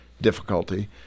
difficulty